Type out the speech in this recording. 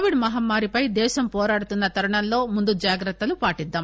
Covid మహమ్మారిపై దేశం పోరాడుతున్న తరుణంలో ముందు జాగ్రత్తలను పాటిద్లాం